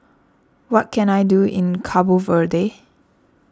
what can I do in Cabo Verde